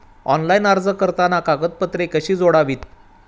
Online अर्ज भरताना कागदपत्रे कशी जोडावीत?